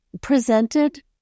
presented